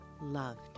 loved